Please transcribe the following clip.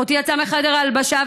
אחותי יצאה מחדר ההלבשה,